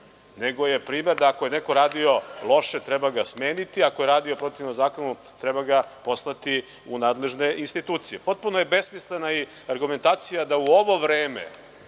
nego je primer da ako je neko radio loše, treba ga smeniti, ako je radio protivno zakonu, treba ga poslati u nadležne institucije. Potpuno je besmislena i argumentacija da u ovo vreme,